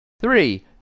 three